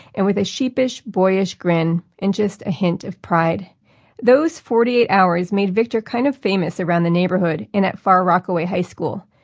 and with a sheepish, boyish grin and just a hint of pride those those forty eight hours made victor kind of famous around the neighborhood, and at far rockaway high school.